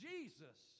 Jesus